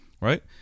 right